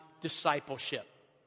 discipleship